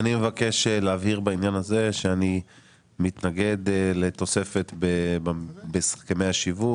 אני מבקש להבהיר בעניין הזה שאני מתנגד לתוספת בהסכמי השיווק.